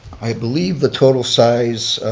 i believe the total size